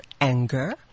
anger